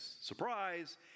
Surprise